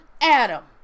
Adam